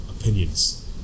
opinions